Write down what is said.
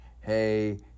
hey